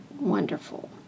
wonderful